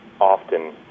often